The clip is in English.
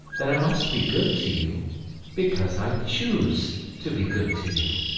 then i must be good to you because i choose to be good to you.